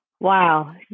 wow